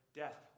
death